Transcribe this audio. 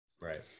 Right